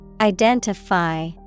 Identify